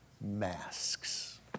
masks